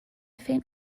faint